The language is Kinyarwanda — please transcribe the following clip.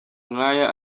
nk’aya